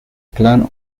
plan